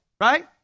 right